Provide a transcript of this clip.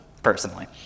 personally